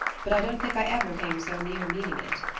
but i don't think i ever came so near meaning it,